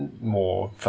more